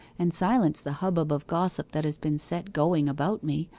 and silence the hubbub of gossip that has been set going about me.